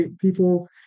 people